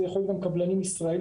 זה יכול להיות גם קבלנים ישראלים,